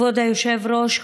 כבוד היושב-ראש,